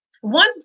one